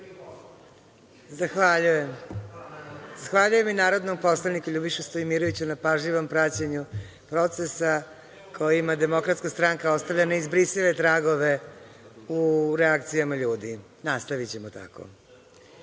Zahvaljujem. Zahvaljujem i narodnom poslaniku Ljubiši Stojimiroviću, na pažljivom praćenju procesa kojima DS ostavlja neizbrisive tragove u reakcijama ljudi. Nastavićemo tako. Da